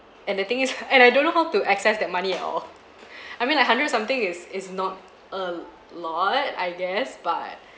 and the thing is and I don't know how to access that money at all I mean like hundred something is is not a lot I guess but